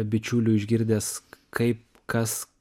bičiulių išgirdęs kaip kas